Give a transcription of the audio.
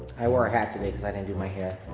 i wore a hat today cause i didn't do my hair.